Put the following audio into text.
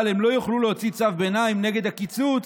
אבל הם לא יוכלו להוציא צו ביניים נגד הקיצוץ,